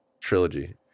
trilogy